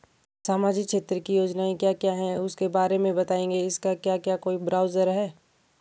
सामाजिक क्षेत्र की योजनाएँ क्या क्या हैं उसके बारे में बताएँगे इसका क्या कोई ब्राउज़र है?